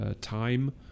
time